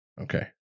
Okay